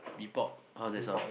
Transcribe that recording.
mee-pok how does that sound